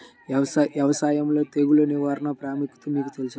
వ్యవసాయంలో తెగుళ్ల నియంత్రణ ప్రాముఖ్యత మీకు తెలుసా?